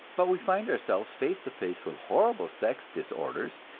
but we find ourselves face to face with horrible sex disorders,